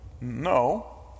No